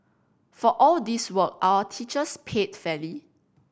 for all this work are our teachers paid fairly